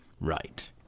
right